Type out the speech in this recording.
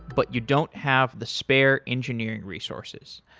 but you don't have the spare engineering resources.